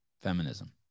Feminism